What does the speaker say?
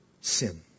sin